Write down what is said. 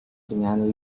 dengan